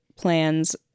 plans